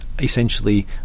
essentially